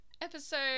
episode